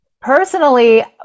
Personally